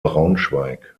braunschweig